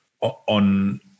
on